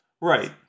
Right